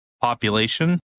population